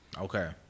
okay